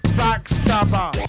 backstabber